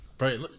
right